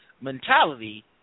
mentality